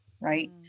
right